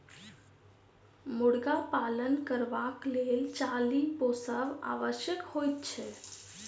मुर्गा पालन करबाक लेल चाली पोसब आवश्यक होइत छै